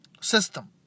system